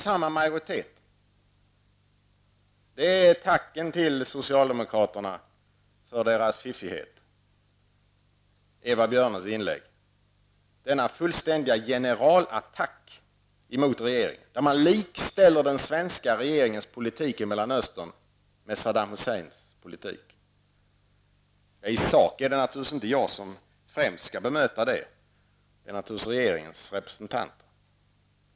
Eva Björnes inlägg är tacken till socialdemokraterna för deras fiffighet, denna fullständiga generalattack mot regeringen där man likställer den svenska regeringens politik i I sak är det naturligtvis inte jag som främst skall bemöta det, utan det är regeringens representant.